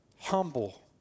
humble